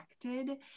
connected